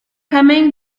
coming